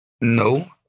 No